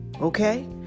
okay